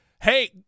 Hey